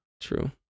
True